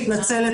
אני מתנצלת,